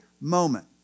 moment